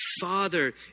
father